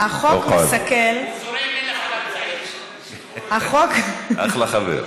"החוק מסכל" הוא זורם, אחלה חבר.